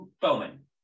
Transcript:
Bowman